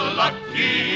lucky